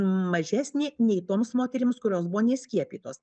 mažesnė nei toms moterims kurios buvo neskiepytos